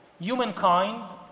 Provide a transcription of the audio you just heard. humankind